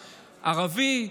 ערבי,